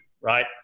right